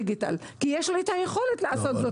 הדיגיטל כי יש לי את היכולת לעשות את זה.